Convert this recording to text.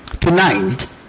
tonight